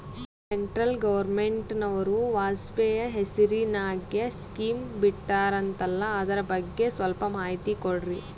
Central ಗವರ್ನಮೆಂಟನವರು ವಾಜಪೇಯಿ ಹೇಸಿರಿನಾಗ್ಯಾ scheme ಬಿಟ್ಟಾರಂತಲ್ಲ ಅದರ ಬಗ್ಗೆ ಸ್ವಲ್ಪ ಮಾಹಿತಿ ಕೊಡ್ರಿ?